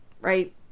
right